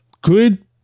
good